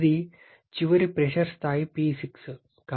ఇది చివరి ప్రెషర్ స్థాయి P6